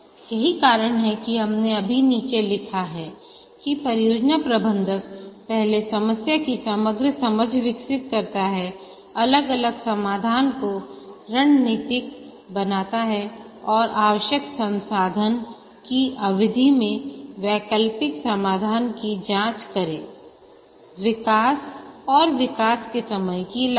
यही कारण है कि हमने अभी नीचे लिखा है कि परियोजना प्रबंधक पहले समस्या की समग्र समझ विकसित करता है अलग अलग समाधान को रणनीतिक बनाता है और आवश्यक संसाधन की अवधि में वैकल्पिक समाधान की जांच करेंविकास और विकास के समय की लागत